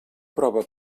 prova